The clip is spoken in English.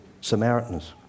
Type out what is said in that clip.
Samaritans